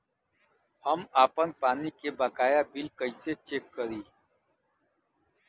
हम आपन पानी के बकाया बिल कईसे चेक करी?